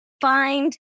find